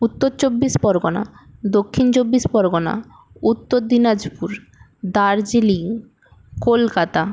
Uttar Chabbish Pargana Dakshin Chabbish Pargana Uttar Dinajpur Darjeeling Kolkata